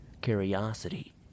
curiosity